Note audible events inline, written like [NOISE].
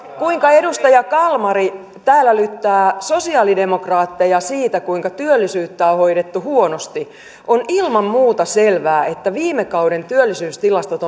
kuinka edustaja kalmari täällä lyttää sosialidemokraatteja siitä kuinka työllisyyttä on hoidettu huonosti on ilman muuta selvää että viime kauden työllisyystilastot [UNINTELLIGIBLE]